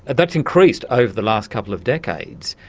but that's increased over the last couple of decades.